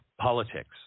politics